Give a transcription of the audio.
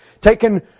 taken